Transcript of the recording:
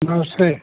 नमस्ते